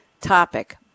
topic